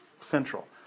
Central